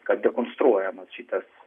kad dekonstruojamas šitas